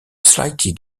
slightly